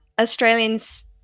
Australians